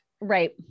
Right